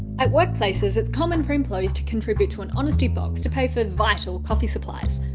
at workplaces, it's common for employees to contribute to an honesty box to pay for vital coffee supplies.